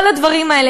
כל הדברים האלה,